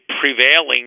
prevailing